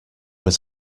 was